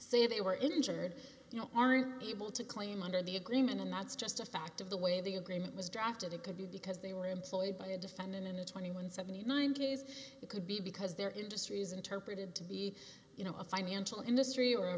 say they were injured you know aren't able to claim under the agreement and that's just a fact of the way the agreement was drafted it could be because they were employed by a defendant in a twenty one seventy nine days it could be because their industries interpreted to be you know a financial industry or a